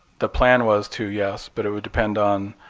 the plan was to, yes. but it would depend on